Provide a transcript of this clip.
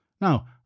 Now